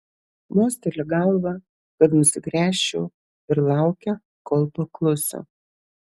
mosteli galva kad nusigręžčiau ir laukia kol paklusiu